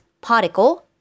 particle